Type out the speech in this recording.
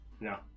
No